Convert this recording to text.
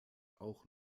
auch